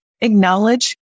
acknowledge